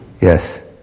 Yes